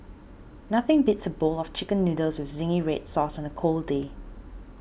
nothing beats a bowl of Chicken Noodles with Zingy Red Sauce on a cold day